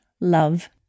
love